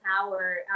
power